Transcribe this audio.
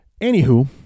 anywho